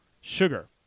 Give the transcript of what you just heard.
sugar